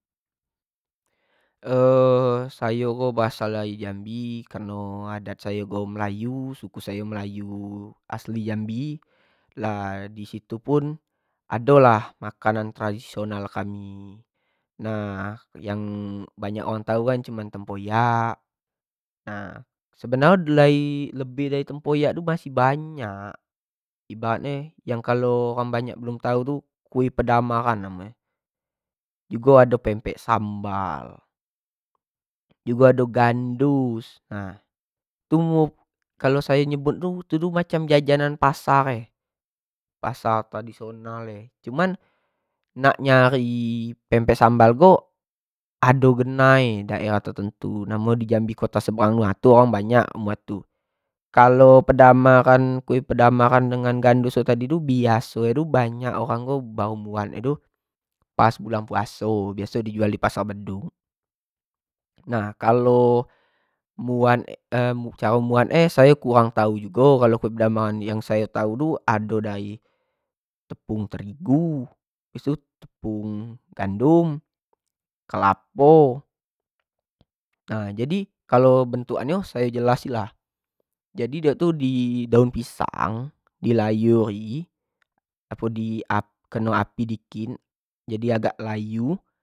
sayo ko berasal dari jambi kareno adat sayo ko melayu suku sayo melayu asli jambi lah di situ pun ado lah makanan tradisonal kami nah, yang banyak orang tau kan cuma tempoyak, sebenarnyo lebih dari tempoyak tu masih banyak, ibarat nyo yang kalo orang banyak belum tau tu kue padamaran namo nyo, jugo ado pempek sambal, jugo ado gandus nah, kalau sayo sebut tujuh macam jajanan pasar, pasar tradisonal cuma nak nyari pempek sambal ko ado benar daerah tertentu, ado namo jambi kota seberang tu orang banyak tu, kalo pedamaran, kue padamaran tu dan gandus tu biaso nyo tu banyak nyo tu orang buat tu pas bulan puaso biaos di jual di pasar bedug, yang kalo buat caro buat nyo sayo kurang tau jugo kalo kue padamaran kalo yang sayo tau tu ado dari tepung terigu, hbis tu tepung gandum, kelapo, nah jadi kalo bentuk an nyo sayo jelasi lah jadi dio itu di daun pisang di layi i, apo keno api dikit, jadi agak layu.